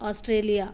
Australia